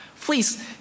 Please